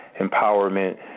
empowerment